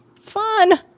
fun